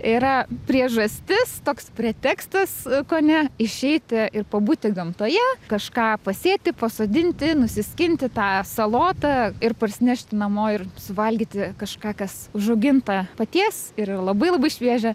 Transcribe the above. yra priežastis toks pretekstas kone išeiti ir pabūti gamtoje kažką pasėti pasodinti nusiskinti tą salotą ir parsinešti namo ir suvalgyti kažką kas užauginta paties ir yra labai labai šviežia